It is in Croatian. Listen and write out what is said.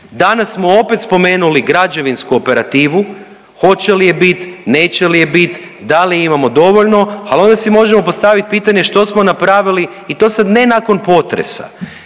Danas smo opet spomenuli građevinsku operativu hoće li je biti, neće li je biti, da li imamo dovoljno, ali onda si možemo postaviti pitanje što smo napravili i to ne sad nakon potresa